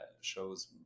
shows